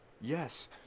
Yes